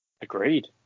agreed